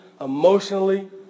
emotionally